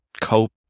cope